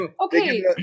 okay